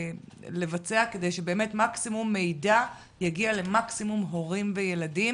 לבצע כדי שמקסימום מידע יגיע למקסימום הורים וילדים.